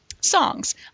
Songs